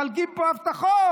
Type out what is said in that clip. מחלקים פה הבטחות.